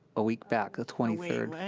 a week back, the twenty third,